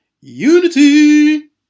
Unity